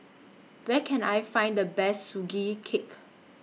Where Can I Find The Best Sugee Cake